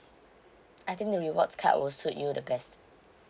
I think the rewards card will suit you the best